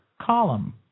column